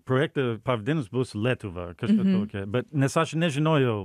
projekto pavadinimas bus lietuva kažkas tokio bet nes aš nežinojau